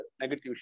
negative